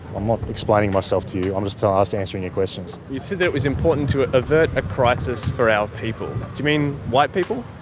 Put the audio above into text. i'm not explaining myself to you, i'm just ah just answering your questions. you said that it was important to avert a crisis for our people. do you mean white people?